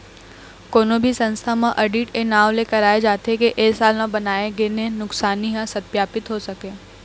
कोनो भी संस्था म आडिट ए नांव ले कराए जाथे के ए साल म बनाए गे नफा नुकसानी ह सत्पापित हो सकय